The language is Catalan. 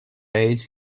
ells